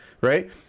Right